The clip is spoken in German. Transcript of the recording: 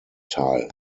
teil